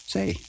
Say